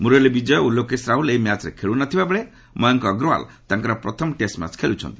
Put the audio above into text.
ମୁରଲୀ ବିଜୟ ଓ ଲୋକେଶ ରାହୁଲ ଏହି ମ୍ୟାଚ୍ରେ ଖେଳୁ ନ ଥିବାବେଳେ ମୟଙ୍କ ଅଗ୍ରୱାଲ୍ ତାଙ୍କର ପ୍ରଥମ ଟେଷ୍ଟ ମ୍ୟାଚ୍ ଖେଳୁଛନ୍ତି